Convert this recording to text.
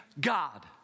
God